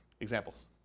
Examples